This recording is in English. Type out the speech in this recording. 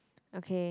okay